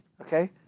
Okay